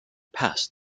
pass